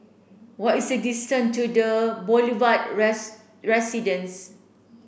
what is the distance to The Boulevard Residence